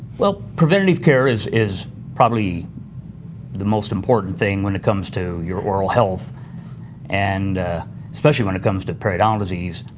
well, preventive care is is probably the most important thing when it comes to your oral health and especially when it comes to periodontal disease.